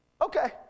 Okay